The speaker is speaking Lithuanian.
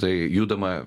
tai judama